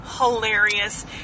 hilarious